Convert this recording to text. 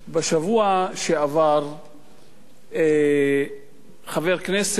בשבוע שעבר חבר כנסת